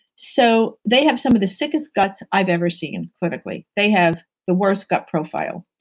so, they have some of the sickest guts i've ever seen clinically they have the worst gut profile.